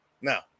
Now